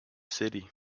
city